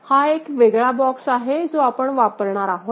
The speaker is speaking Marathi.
हा एक वेगळा बॉक्स आहे जो आपण वापरणार आहोत